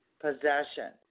possession